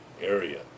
area